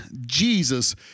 Jesus